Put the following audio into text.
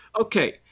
Okay